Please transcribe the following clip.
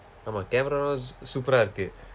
ஆமாம்:aamaam camera-vum super-aa இருக்கு:irukku